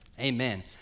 amen